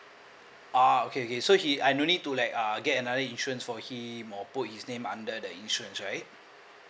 ah okay okay so he I don't need to like uh get another insurance for him or put his name under the insurance right